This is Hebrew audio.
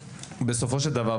בסופו של דבר,